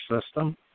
system